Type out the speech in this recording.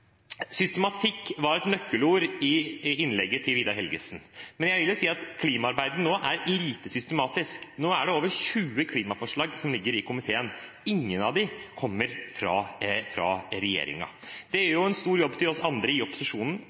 Systematikk var et nøkkelord i innlegget til Vidar Helgesen, men jeg vil si at klimaarbeidet er lite systematisk. Nå er det over 20 klimaforslag som ligger i komiteen, og ingen av dem kommer fra regjeringen. Det gir en stor jobb til oss andre, i opposisjonen,